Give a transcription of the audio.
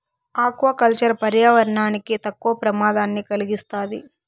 aqua culture పర్యావరణానికి తక్కువ ప్రమాదాన్ని కలిగిస్తాది